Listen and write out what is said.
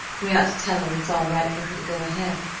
we ought to tell her it's all right for her to go ahead.